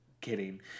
kidding